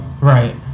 Right